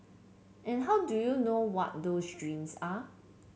and how do you know what those dreams are